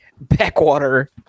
backwater